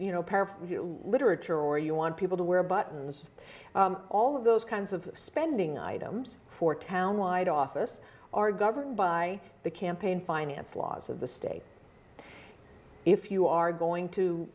literature or you want people to wear buttons all of those kinds of spending items for town wide office are governed by the campaign finance laws of the state if you are going to